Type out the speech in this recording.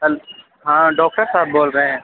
hello ہاں doctor صاحب بول رہے ہیں